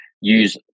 use